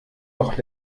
doch